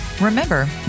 Remember